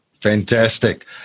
Fantastic